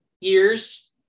years